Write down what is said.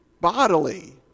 bodily